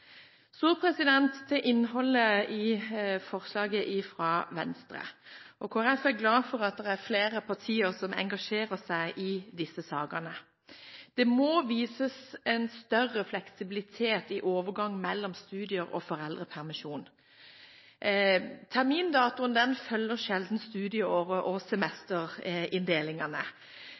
Så til innholdet i forslaget fra Venstre. Kristelig Folkeparti er glad for at det er flere partier som engasjerer seg i disse sakene. Det må vises større fleksibilitet i overgangen mellom studier og foreldrepermisjon. Termindatoen følger sjelden studieåret og semesterinndelingene.